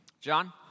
John